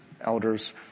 elders